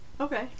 Okay